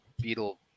beetle